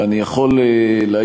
אני יכול להעיד,